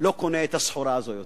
לא קונה את הסחורה הזו יותר.